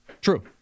True